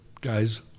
guys